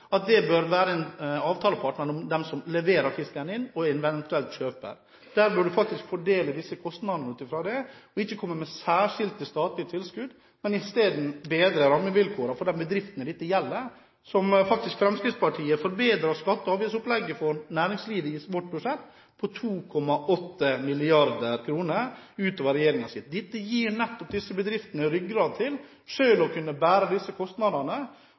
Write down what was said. at føringstilskuddet bør være en avtale mellom dem som leverer fisken inn, og en eventuell kjøper. Man bør faktisk fordele disse kostnadene ut fra det og ikke komme med særskilte statlige tilskudd, men isteden bedre rammevilkårene for de bedriftene dette gjelder – slik Fremskrittspartiet faktisk forbedrer skatte- og avgiftsopplegget for næringslivet i sitt budsjett med 2,8 mrd. kr utover regjeringens budsjett. Dette gir nettopp disse bedriftene ryggrad til selv å kunne bære disse kostnadene.